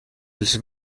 els